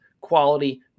quality